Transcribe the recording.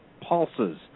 pulses